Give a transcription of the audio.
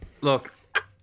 Look